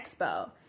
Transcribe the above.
expo